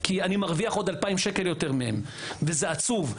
כי אני מרוויח 2,000 שקלים יותר מהם וזה עצוב.